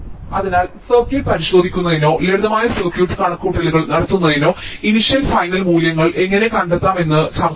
അതിനാൽ സർക്യൂട്ട് പരിശോധിക്കുന്നതിനോ ലളിതമായ സർക്യൂട്ട് കണക്കുകൂട്ടലുകൾ നടത്തുന്നതിനോ ഇനിഷ്യൽ ഫൈനൽ മൂല്യങ്ങൾ എങ്ങനെ കണ്ടെത്താമെന്ന് ഞങ്ങൾ ചർച്ച ചെയ്തു